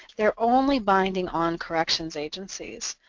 they're only binding on corrections agencies.